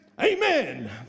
Amen